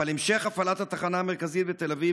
אבל המשך הפעלת התחנה המרכזית בתל אביב